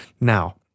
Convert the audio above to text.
Now